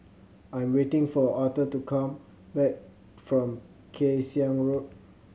I'm waiting for Authur to come back from Kay Siang Road